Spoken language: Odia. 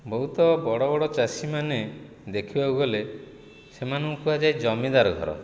ବହୁତ ବଡ଼ ବଡ଼ ଚାଷୀ ମାନେ ଦେଖିବାକୁ ଗଲେ ସେମାନଙ୍କୁ କୁହାଯାଏ ଜମିଦାରଘର